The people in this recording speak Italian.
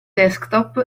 desktop